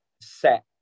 set